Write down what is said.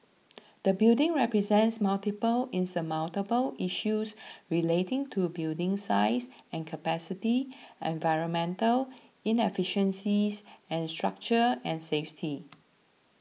the building presents multiple insurmountable issues relating to building size and capacity environmental inefficiencies and structure and safety